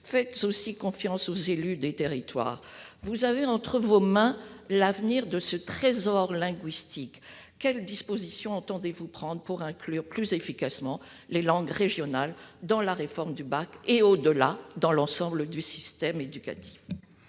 faites aussi confiance aux élus des territoires ! Vous avez entre vos mains l'avenir de ce trésor linguistique. Quelles dispositions entendez-vous prendre pour inclure plus efficacement les langues régionales dans la réforme du baccalauréat, et au-delà, dans l'ensemble du système éducatif ?